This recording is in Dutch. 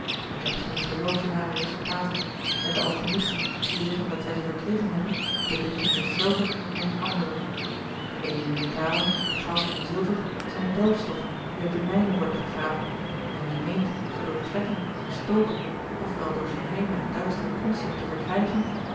ik heb geen geloof in hare resultaten en de alchimisten die zeggen dat zij ze verkregen hebben bedriegen zich zelven en anderen de edele metalen goud en zilver zijn delfstoffen die uit de mijnen worden gegraven en wie meent ze door trekken en stoken of wel door geheime en duistere konsten te verkrijgen